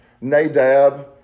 Nadab